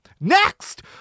Next